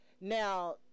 Now